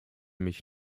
mich